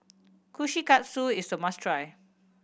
kushikatsu is a must try